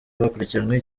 bakurikiranweho